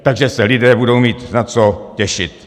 Takže se lidé budou mít na co těšit.